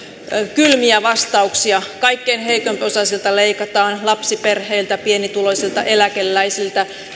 kylmiä vastauksia kaikkein heikompiosaisilta leikataan lapsiperheiltä pienituloisilta eläkeläisiltä